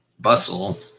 Bustle